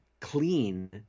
clean